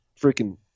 freaking